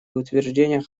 утверждения